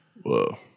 Whoa